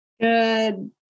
Good